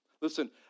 Listen